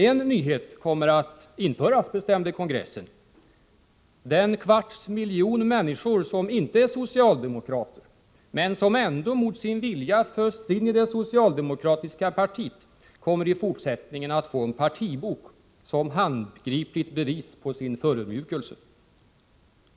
En nyhet kommer att införas, bestämde kongressen. Den kvarts miljon människor, som inte är socialdemokrater men som ändå mot sin vilja fösts in i det socialdemokratiska partiet, kommer i fortsättningen att få en partibok som handgripligt bevis på sin förödmjukelse.